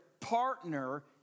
partner